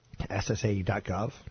ssa.gov